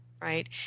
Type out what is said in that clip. right